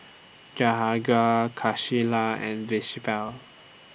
Jahangir Kaishla and Vishal Well